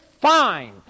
fine